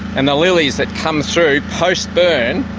and the lilies that come through post-burn